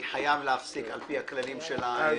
אני חייב להפסיק על פי הכללים של הכנסת.